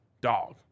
dog